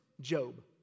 Job